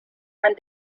and